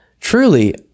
truly